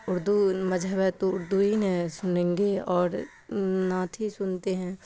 اردو مذہب تو اردو ہی نے سنیں گے اور نعت ہی سنتے ہیں